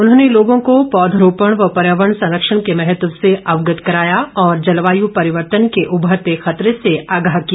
उन्होंने लोगों को पौध रोपण व पर्यावरण संरक्षण के महत्व से अवगत करवाया और जलवायू परिवर्तन के उभरते खतरे से आगाह किया